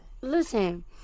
Listen